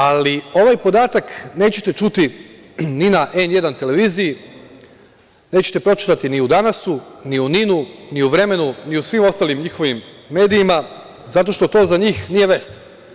Ali, ovaj podatak nećete čuti ni na „N1“ televiziji, nećete pročitati ni u „Danasu“, ni u „NIN-u“, ni u „Vremenu“, ni u svim ostalim njihovim medijima zato što to za njih nije vest.